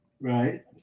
right